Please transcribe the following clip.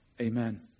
Amen